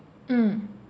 mm